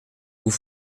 vous